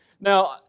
Now